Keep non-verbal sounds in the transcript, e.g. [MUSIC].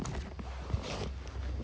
[NOISE]